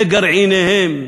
וגרעיניהם,